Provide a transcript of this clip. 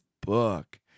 book